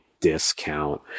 discount